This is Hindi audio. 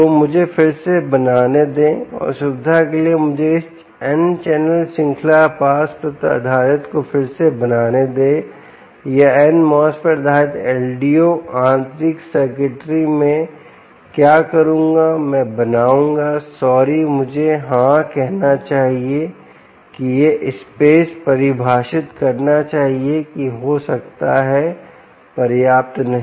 तो मुझे फिर से बनाने दे और सुविधा के लिए मुझे इस n चैनल श्रृंखला पास तत्व आधारित को फिर से बनाने दें या N MOSFET आधारित LDO आंतरिक सर्किटरी मैं क्या करूंगा मैं बनाऊंगा सॉरी मुझे हां कहना चाहिए कि यह स्पेस परिभाषित करना चाहिए कि हो सकता है पर्याप्त नहीं